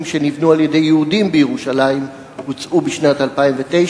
שנבנו על-ידי יהודים בירושלים הוצאו בשנת 2009?